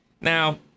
Now